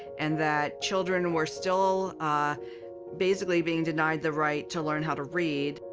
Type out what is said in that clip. and that children were still basically being denied the right to learn how to read.